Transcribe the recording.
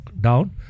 down